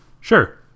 Sure